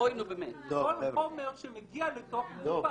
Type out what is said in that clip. כל חומר שמגיע לתוך --- לא,